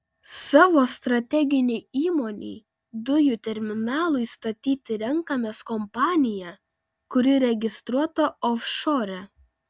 savo strateginei įmonei dujų terminalui statyti renkamės kompaniją kuri registruota ofšore